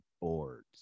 boards